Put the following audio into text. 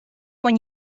when